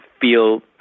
feel